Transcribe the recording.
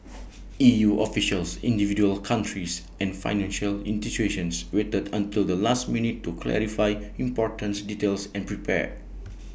E U officials individual countries and financial institutions waited until the last minute to clarify importance details and prepare